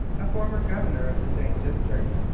a former governor of the same district.